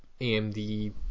AMD